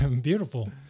Beautiful